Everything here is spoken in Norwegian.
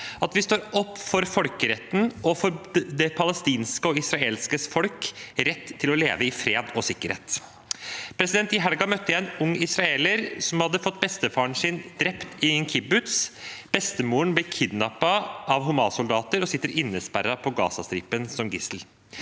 at vi står opp for folkeretten og for det palestinske og israelske folks rett til å leve i fred og sikkerhet. I helgen møtte jeg en ung israeler som hadde fått bestefaren sin drept i en kibbutz. Bestemora ble kidnappet av Hamas-soldater og sitter innesperret på Gazastripen som gissel.